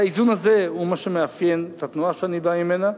והאיזון הזה הוא מה שמאפיין את התנועה שאני בא ממנה,